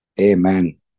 Amen